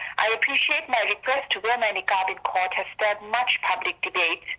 i appreciate my request to wear my niqab in court has stirred much public debate.